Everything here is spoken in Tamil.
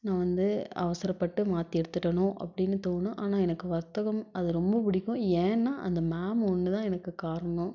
நான் வந்து அவசரப்பட்டு மாற்றி எடுத்துவிட்டனோ அப்படின்னு தோணும் ஆனால் எனக்கு வர்த்தகம் அது ரொம்ப பிடிக்கும் ஏன்னால் அந்த மேம் ஒன்றுதான் எனக்கு காரணம்